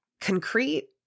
Concrete